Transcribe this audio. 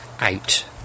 out